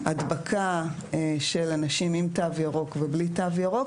הדבקה של אנשים עם תו ירוק ובלי תו ירוק,